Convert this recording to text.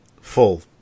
full